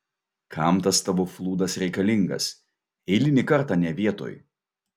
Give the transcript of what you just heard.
kam tas tavo flūdas reikalingas eilinį kartą ne vietoj